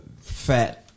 fat